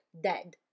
dead